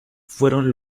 fueron